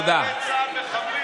חבר הכנסת אזולאי,